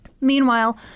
Meanwhile